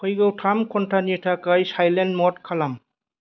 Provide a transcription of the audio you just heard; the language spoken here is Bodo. फैगौ थाम घन्टानि थाखाय साइलेन्ट मद खालाम